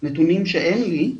נתונים שאין לי,